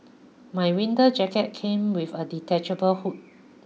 my winter jacket came with a detachable hood